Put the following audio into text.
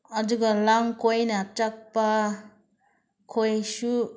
ꯑꯗꯨꯒ ꯂꯝ ꯀꯣꯏꯅ ꯆꯠꯄꯈꯣꯏꯁꯨ